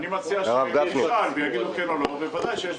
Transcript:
אנחנו ישבנו פה ועשינו